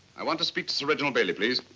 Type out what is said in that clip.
i want to speak to sir reginald bailey please.